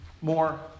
more